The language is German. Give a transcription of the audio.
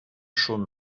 schon